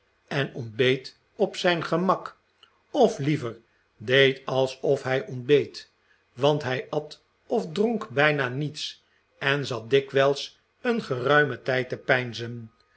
en ontbeet op zijn gemak of liever deed alsof hij ontbeet want hij at of dronk bijna niets en zat dikwijls een geruimen tijd te